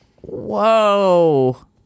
Whoa